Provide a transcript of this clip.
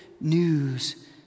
news